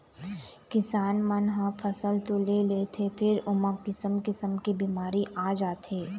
किसान मन ह फसल तो ले लेथे फेर ओमा किसम किसम के बिमारी आ जाथे